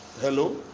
hello